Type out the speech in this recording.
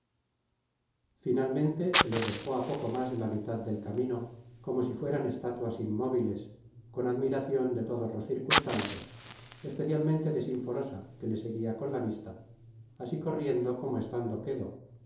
finalmente se los dejó á poco más de la mitad del camino como si fueran estatuas inmovibles con admiracion de todos los circunstantes especialmente de sinforosa que le seguia con la vista así corriendo como estando